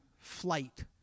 flight